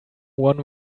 one